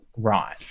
Right